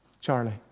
Charlie